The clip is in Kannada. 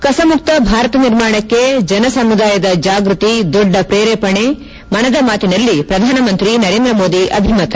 ಕಸಮುಕ್ತ ಭಾರತ ನಿರ್ಮಾಣಕ್ಕೆ ಜನಸಮುದಾಯದ ಜಾಗೃತಿ ದೊಡ್ಡ ಪ್ರೇರೇಪಣೆ ಮನದ ಮಾತಿನಲ್ಲಿ ಪ್ರಧಾನಮಂತ್ರಿ ನರೇಂದ್ರ ಮೋದಿ ಅಭಿಮತ